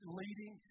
leading